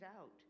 out